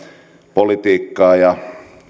politiikkaa ja